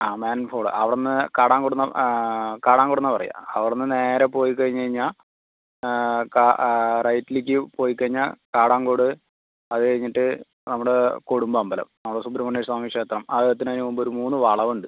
ആ മാൻഹോള് അവിടെ നിന്ന് കാടാംകോടിൽ നിന്നും കാടാംകോടെന്നാണ് പറയുക അവിടെ നിന്ന് നേരെ പോയി കഴിഞ്ഞ് കഴിഞ്ഞാൽ റൈറ്റിലേയ്ക്ക് പോയിക്കയിഞ്ഞാൽ കാടാംകോട് അത് കഴിഞ്ഞിട്ട് നമ്മുടെ കുടുംബ അമ്പലം അവിടെ സുബ്രഹ്മണ്യസ്വാമി ക്ഷേത്രം അത് എത്തണതിന് മുമ്പ് ഒരു മൂന്ന് വളവ് ഉണ്ട്